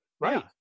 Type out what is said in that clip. right